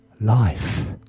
Life